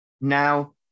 Now